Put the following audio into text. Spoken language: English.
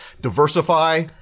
diversify